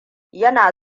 yana